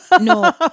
No